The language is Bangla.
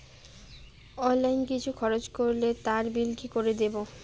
অনলাইন কিছু খরচ করলে তার বিল কি করে দেবো?